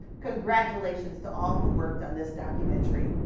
congratulations to all who worked on this documentary.